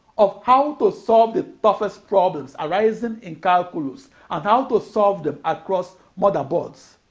of how to solve the toughest problems arising in calculus and how to solve them across motherboards,